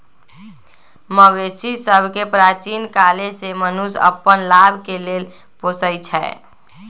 मवेशि सभके प्राचीन काले से मनुष्य अप्पन लाभ के लेल पोसइ छै